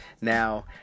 Now